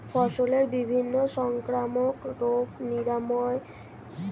ফসলের বিভিন্ন সংক্রামক রোগ নিরাময়ের জন্য কি কি ব্যবস্থা গ্রহণ করব?